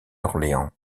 orléans